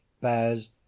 bears